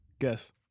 Guess